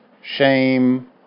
shame